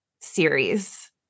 series